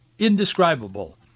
indescribable